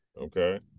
Okay